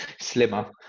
Slimmer